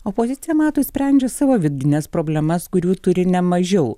opozicija matot sprendžia savo vidines problemas kurių turi ne mažiau